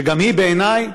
שגם היא, בעיני,